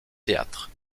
théâtre